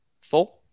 four